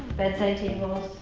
bedside tables,